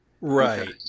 Right